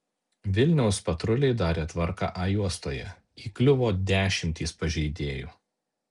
vilniaus patruliai darė tvarką a juostoje įkliuvo dešimtys pažeidėjų